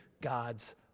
God's